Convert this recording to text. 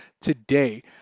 today